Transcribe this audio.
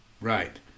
right